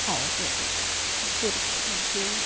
ആ okay okay okay ആ ശരി ശരി താങ്ക് യു